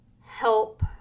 help